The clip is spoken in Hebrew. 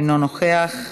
אינו נוכח,